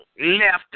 left